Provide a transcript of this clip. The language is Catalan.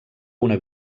una